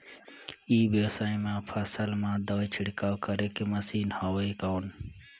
ई व्यवसाय म फसल मा दवाई छिड़काव करे के मशीन हवय कौन?